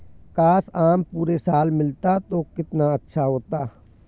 काश, आम पूरे साल मिलता तो कितना अच्छा होता